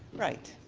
right.